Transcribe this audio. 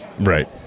Right